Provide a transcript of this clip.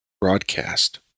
broadcast